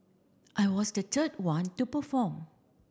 I was the third one to perform